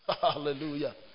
Hallelujah